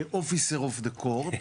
כ- officer of the court.